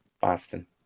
Boston